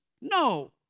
No